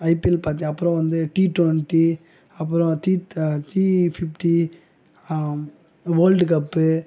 IPL பார்த்தேன் அப்புறம் வந்து டி ட்வெண்ட்டி அப்புறம் டி ட டி ஃபிஃப்ட்டி வேர்ல்டு கப்பு